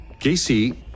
Gacy